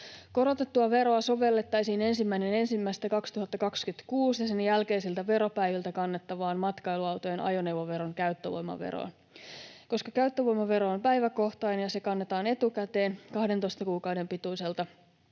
Korotettua veroa sovellettaisiin 1.1.2026 ja sen jälkeisiltä veropäiviltä kannettavaan matkailuautojen ajoneuvoveron käyttövoimaveroon. Koska käyttövoimavero on päiväkohtainen ja se kannetaan etukäteen 12 kuukauden pituiselta